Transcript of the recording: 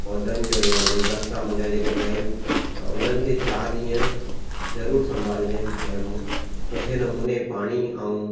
पौधनि जो या गुलदस्ता मुंहिंजा जेके पिया आहिनि त हुननि खे चारि ॾींह ज़रुर संभालजाइ ऐं सुठे नमुने पाणी ऐं